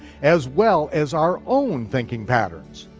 as well as our own thinking patterns.